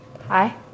Hi